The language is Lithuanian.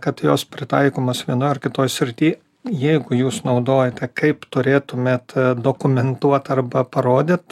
kad jos pritaikomos vienoj ar kitoj srity jeigu jūs naudojate kaip turėtumėt dokumentuot arba parodyt